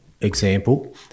example